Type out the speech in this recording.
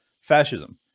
fascism